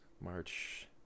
march